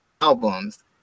albums